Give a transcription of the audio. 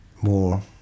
more